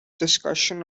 discussion